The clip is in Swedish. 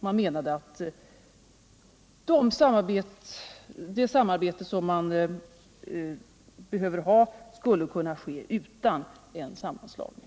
Man menade att det samarbete som behövs skulle kunna ske utan en sådan sammanslagning.